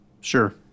Sure